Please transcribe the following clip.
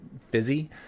fizzy